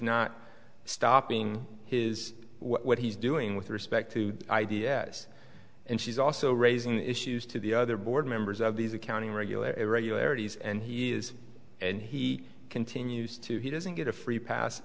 not stopping his what he's doing with respect to i d s and she's also raising issues to the other board members of these accounting regular irregularities and he is and he continues to he doesn't get a free pass